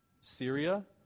Syria